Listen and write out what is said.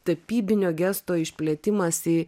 tapybinio gesto išplėtimas į